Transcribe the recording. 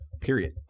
period